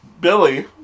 Billy